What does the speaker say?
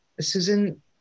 Susan